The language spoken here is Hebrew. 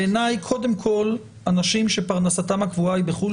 בעיניי קודם כל אנשים שפרנסתם הקבועה היא בחו"ל,